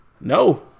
No